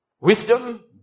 Wisdom